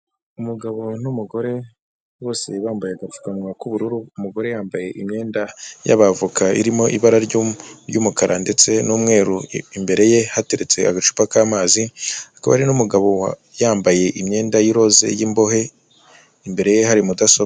Umugabo n'umugore bose bambaye agapfukanwa k'ubururu, umugore yambaye imyenda y'abavoka irimo ibara ry'umukara ndetse n'umweru, imbere ye hateretse agacupa k'amazi, akaba n'umugabo yambaye imyenda yiroze y'imbohe imbere ye hari mudasobwa.